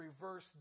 reverse